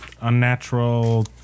Unnatural